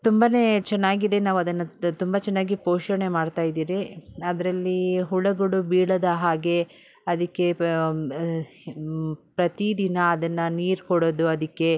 ತುಂಬನೇ ಚೆನ್ನಾಗಿದೆ ನಾವು ಅದನ್ನು ತ ತುಂಬ ಚೆನ್ನಾಗಿ ಪೋಷಣೆ ಮಾಡ್ತಾಯಿದ್ದೀರಿ ಅದರಲ್ಲಿ ಹುಳಗಳು ಬೀಳದ ಹಾಗೆ ಅದಕ್ಕೆ ಪ್ರತಿ ದಿನ ಅದನ್ನು ನೀರು ಕೊಡೋದು ಅದಕ್ಕೆ